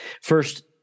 First